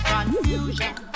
Confusion